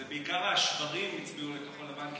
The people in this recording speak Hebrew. זה בעיקר השוורים הצביעו לכחול לבן,